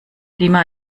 lima